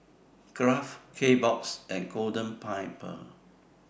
Kraft Kbox and Golden Pineapple